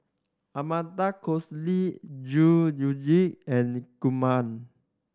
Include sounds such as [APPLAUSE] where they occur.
Amanda Koes Lee Zhuye [UNINTELLIGIBLE] and Kumar